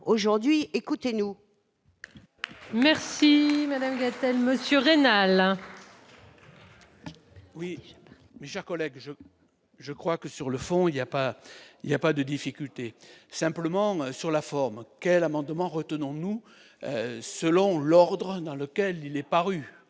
aujourd'hui, écoutez-nous. Merci Alain Gastal, monsieur Reina. Oui, Jacques Olek, je, je crois que sur le fond, il y a pas, il y a pas de difficulté simplement sur la forme, quel amendement retenons-nous selon l'ordre dans lequel il est paru,